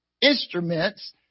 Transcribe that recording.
instruments